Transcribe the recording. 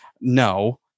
No